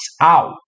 out